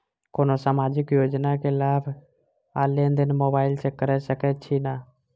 कोनो सामाजिक योजना केँ लाभ आ लेनदेन मोबाइल सँ कैर सकै छिःना?